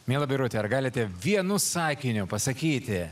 miela birute ar galite vienu sakiniu pasakyti